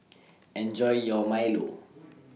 Enjoy your Milo